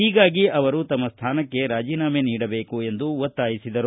ಹೀಗಾಗಿ ಅವರು ತಮ್ಮ ಸ್ಥಾನಕ್ಕೆ ರಾಜೀನಾಮೆ ನೀಡಬೇಕು ಎಂದು ಒತ್ತಾಯಿಸಿದರು